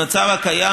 הקיים,